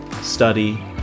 study